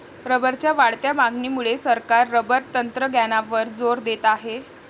रबरच्या वाढत्या मागणीमुळे सरकार रबर तंत्रज्ञानावर जोर देत आहे